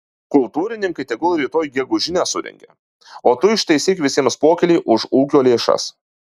kultūrininkai tegul rytoj gegužinę surengia o tu ištaisyk visiems pokylį už ūkio lėšas